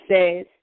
says